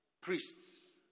priests